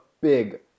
big